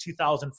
2004